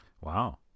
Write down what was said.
Wow